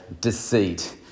deceit